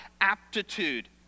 aptitude